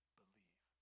believe